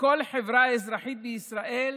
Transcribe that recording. מכל החברה האזרחית בישראל,